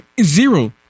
Zero